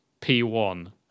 P1